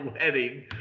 wedding